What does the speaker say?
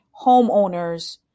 homeowners